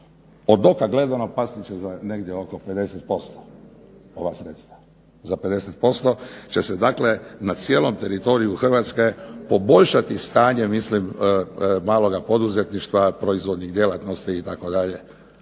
Od oka gledano pasti će za negdje oko 50% ova sredstva, za 50% će se dakle na cijelom teritoriju Hrvatske poboljšati stanje maloga poduzetništva, proizvodnih djelatnosti itd.